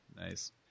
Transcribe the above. Nice